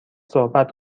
صحبت